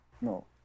No